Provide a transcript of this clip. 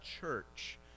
church